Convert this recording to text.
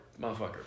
motherfucker